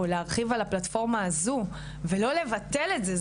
או להרחיב על הפלטפורמה הזו ולא לבטל את זה,